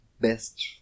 best